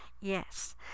Yes